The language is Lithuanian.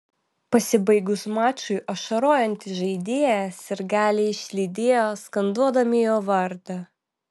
pasibaigus mačui ašarojantį žaidėją sirgaliai išlydėjo skanduodami jo vardą